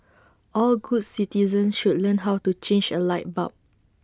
all good citizens should learn how to change A light bulb